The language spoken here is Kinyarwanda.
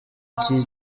iki